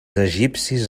egipcis